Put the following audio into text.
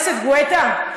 גואטה,